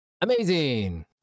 Amazing